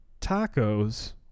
tacos